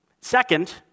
Second